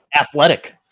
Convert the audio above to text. athletic